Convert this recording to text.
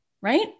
right